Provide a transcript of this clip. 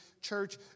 Church